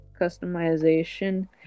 customization